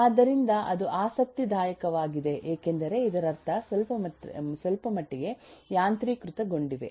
ಆದ್ದರಿಂದ ಅದು ಆಸಕ್ತಿದಾಯಕವಾಗಿದೆ ಏಕೆಂದರೆ ಇದರರ್ಥ ಸ್ವಲ್ಪಮಟ್ಟಿಗೆ ಯಾಂತ್ರೀಕೃತಗೊಂಡಿವೆ